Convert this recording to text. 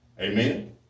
Amen